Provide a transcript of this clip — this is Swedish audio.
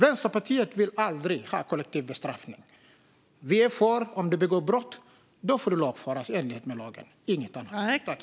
Vänsterpartiet vill aldrig ha kollektiv bestraffning. Vi är för att de som begår brott ska lagföras i enlighet med lagen - inget annat.